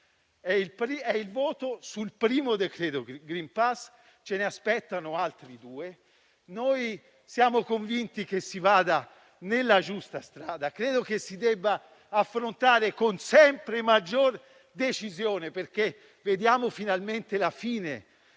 è il voto sul primo decreto *green pass*, ce ne aspettano altri due e siamo convinti che si vada sulla giusta strada. Credo che si debba affrontare il tema con sempre maggiore decisione, perché vediamo finalmente la luce